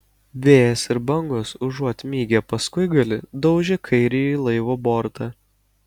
vėjas ir bangos užuot mygę paskuigalį daužė kairįjį laivo bortą